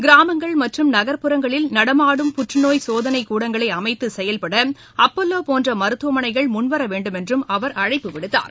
கிராமங்கள் மற்றும் நகர்புறங்களில் நடமாடும் புற்றுநோய் சோதனை கூடங்களை அமைத்து செயல்பட அப்பல்லோ போன்ற மருத்துவமனைகள் முன்வர வேண்டும் என்று அவர் அழைப்பு விடுத்தார்